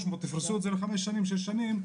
300,000 יפרסו לחמש או שש שנים,